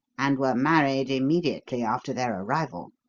and were married immediately after their arrival.